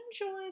enjoy